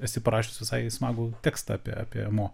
esi parašiusi visai smagų tekstą apie apie mo